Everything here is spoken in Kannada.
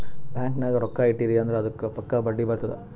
ಬ್ಯಾಂಕ್ ನಾಗ್ ರೊಕ್ಕಾ ಇಟ್ಟಿರಿ ಅಂದುರ್ ಅದ್ದುಕ್ ಪಕ್ಕಾ ಬಡ್ಡಿ ಬರ್ತುದ್